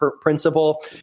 principle